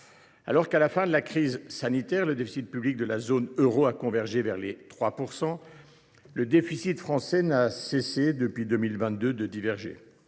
Alors qu’à la fin de la crise sanitaire le déficit public de la zone euro a convergé vers les 3 %, le déficit français n’a cessé, depuis 2022, de diverger.